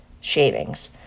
shavings